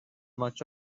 much